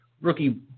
rookie